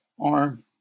arm